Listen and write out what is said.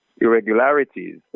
irregularities